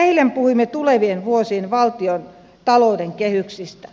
eilen puhuimme tulevien vuosien valtiontalouden kehyksistä